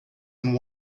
and